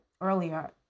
earlier